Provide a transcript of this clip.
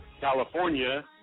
California